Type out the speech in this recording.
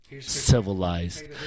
civilized